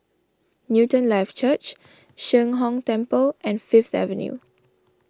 Newton Life Church Sheng Hong Temple and Fifth Avenue